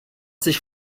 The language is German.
sich